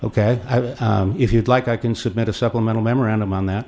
k if you'd like i can submit a supplemental memorandum on that